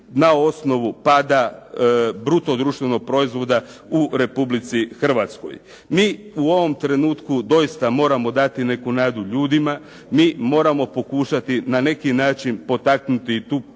na osnovu pada bruto društvenog proizvoda u Republici Hrvatskoj. Mi u ovom trenutku doista moramo dati neku nadu ljudima, mi moramo pokušati na neki način potaknuti tu potrošnju